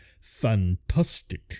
fantastic